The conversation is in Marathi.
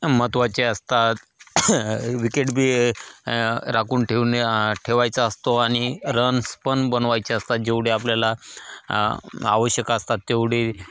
महत्त्वाचे असतात विकेट बी राखून ठेवणे ठेवायचा असतो आणि रन्स पण बनवायचे असतात जेवढे आपल्याला आवश्यक असतात तेवढी